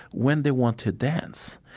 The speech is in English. when they want to dance,